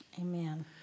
Amen